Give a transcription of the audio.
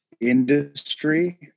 industry